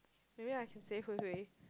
maybe I can say Hui Hui